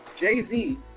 Jay-Z